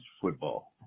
football